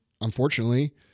unfortunately